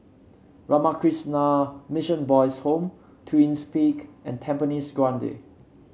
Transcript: Ramakrishna Mission Boys' Home Twins Peak and Tampines Grande